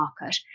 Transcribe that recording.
market